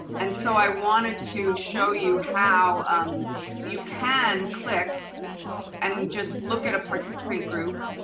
and so i wanted to show you how um you can click and just look at a participant group,